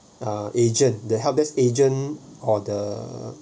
uh agent that help desk agent or the